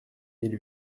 mille